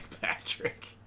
Patrick